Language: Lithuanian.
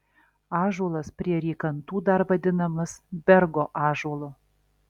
ąžuolas prie rykantų dar vadinamas bergo ąžuolu